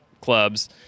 clubs